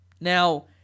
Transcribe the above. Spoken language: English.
Now